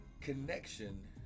Connection